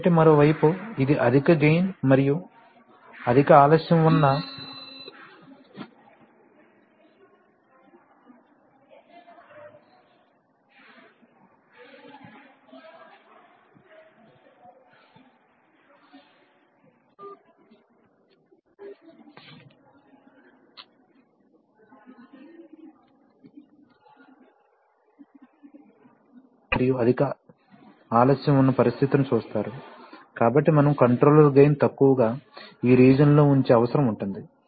కాబట్టి మరోవైపు ఇది అధిక గెయిన్ మరియు అధిక ఆలస్యం ఉన్న పరిస్థితిని చూస్తారు కాబట్టి మనము కంట్రోలర్ గెయిన్ తక్కువగా ఈ రీజియన్ లో ఉంచే అవసరం ఉంటుంది